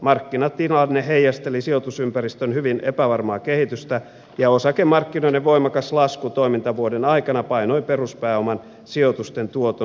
markkinatilanne heijasteli sijoitusympäristön hyvin epävarmaa kehitystä ja osakemarkkinoiden voimakas lasku toimintavuoden aikana painoi peruspääoman sijoitusten tuoton miinukselle